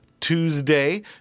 Tuesday